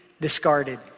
discarded